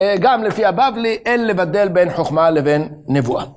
גם לפי הבבלי אין לבדל בין חוכמה לבין נבואה.